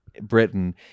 Britain